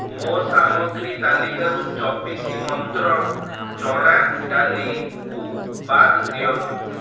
ମୋ ସାମଗ୍ରୀ ତାଲିକାରୁ ଚବିଶ ମନ୍ତ୍ର ଚଣା ଡାଲିକୁ ବାଦ ଦିଅନ୍ତୁ